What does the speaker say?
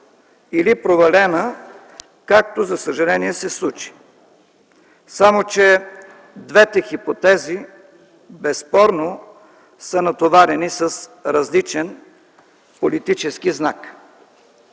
или провалена, както за съжаление се случи. Само че двете хипотези безспорно са натоварени с различен политически знак.